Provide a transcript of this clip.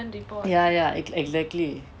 ya ya exactly